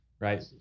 right